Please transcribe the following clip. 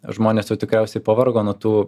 žmonės jau tikriausiai pavargo nuo tų